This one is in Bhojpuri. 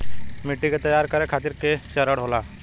मिट्टी के तैयार करें खातिर के चरण होला?